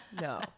no